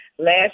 Last